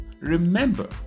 remember